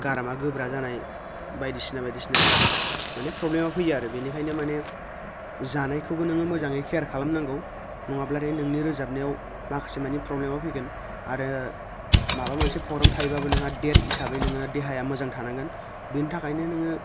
गारामा गोब्रा जानाय बायदिसिना बायदिसिना माने प्रब्लेमा फैयो आरो बिनिखायनो माने जानायखौबो नोङो मोजाङै केयार खालामनांगौ नङाब्ला नोंनि रोजाबनायाव माखासे मानि प्रब्लेमा फैगोन आरो माबा मोनसे प्रग्राम थायोब्लाबो नोंहा डेट हिसाबै नोङो देहाया मोजां थानांगोन बिनि थाखायनो नोङो